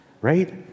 right